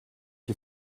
you